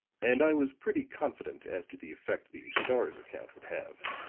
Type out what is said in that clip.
and i was pretty confident as to the effect the star's account would have.